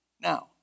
Now